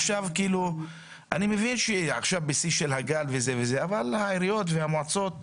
אני מבין שאנחנו עכשיו בשיא הגל אבל העיריות והמועצות הסתדרו.